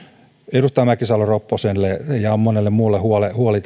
edustaja mäkisalo ropposelle ja monelle muulle huoli